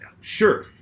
sure